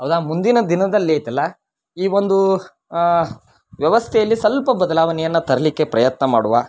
ಹೌದಾ ಮುಂದಿನ ದಿನದಲ್ಲಿ ಐತಲ್ಲ ಈ ಒಂದು ವ್ಯವಸ್ಥೆಯಲ್ಲಿ ಸ್ವಲ್ಪ ಬದಲಾವಣೆಯನ್ನು ತರಲಿಕ್ಕೆ ಪ್ರಯತ್ನ ಮಾಡುವ